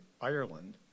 Ireland